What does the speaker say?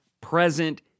present